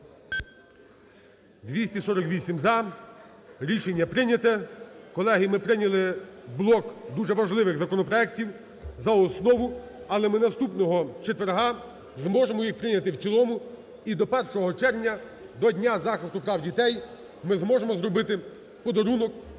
За-248 Рішення прийнято. Колеги, ми прийняли блок дуже важливих законопроектів за основу, але ми наступного четверга зможемо їх прийняти в цілому і до 1 червня, до Дня захисту прав дітей, ми зможемо зробити подарунок